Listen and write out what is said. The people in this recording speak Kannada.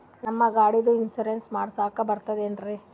ನಮ್ಮ ಗಾಡಿದು ಇನ್ಸೂರೆನ್ಸ್ ಮಾಡಸ್ಲಾಕ ಬರ್ತದೇನ್ರಿ?